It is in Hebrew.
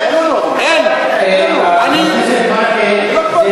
חבר הכנסת ברכה,